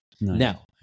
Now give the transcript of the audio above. now